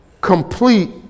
Complete